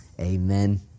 amen